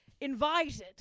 invited